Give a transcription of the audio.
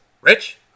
rich